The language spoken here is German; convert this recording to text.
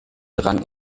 rang